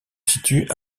situe